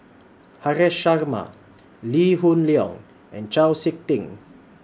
Haresh Sharma Lee Hoon Leong and Chau Sik Ting